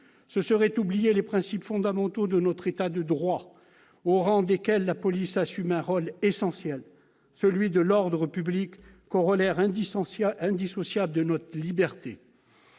Cela serait oublier les principes fondamentaux de notre État de droit, selon lesquels la police assume un rôle essentiel, celui de l'ordre public, corollaire indissociable de notre liberté.